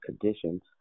conditions